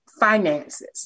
finances